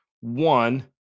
One